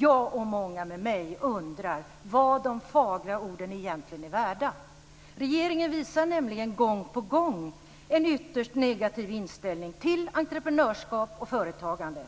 Jag och många med mig undrar vad de fagra orden egentligen är värda. Regeringen visar nämligen gång på gång en ytterst negativ inställning till entreprenörskap och företagande.